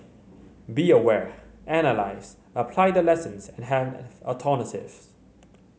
be aware analyse apply the lessons and have alternatives